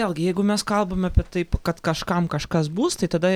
vėlgi jeigu mes kalbam apie taip kad kažkam kažkas bus tai tada